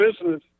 business